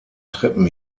treppen